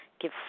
Give